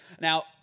Now